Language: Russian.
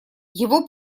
его